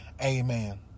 Amen